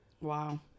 Wow